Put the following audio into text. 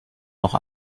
noch